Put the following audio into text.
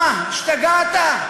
מה, השתגעת?